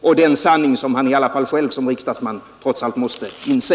och den sanning som han i alla fall själv som riksdagsman trots allt måste inse.